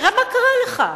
תראה מה קרה לך.